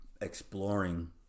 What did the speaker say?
exploring